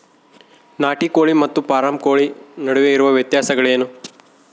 ನಾಟಿ ಕೋಳಿ ಮತ್ತು ಫಾರಂ ಕೋಳಿ ನಡುವೆ ಇರುವ ವ್ಯತ್ಯಾಸಗಳೇನು?